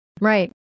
Right